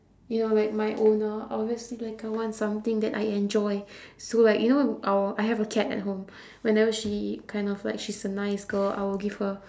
you know like my owner obviously like I want something that I enjoy so like you know our I have a cat at home whenever she kind of like she's a nice girl I would give her